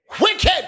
wicked